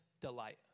delight